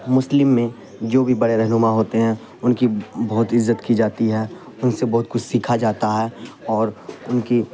مسلم میں جو بھی بڑے رہنما ہوتے ہیں ان کی بہت عزت کی جاتی ہے ان سے بہت کچھ سیکھا جاتا ہے اور ان کی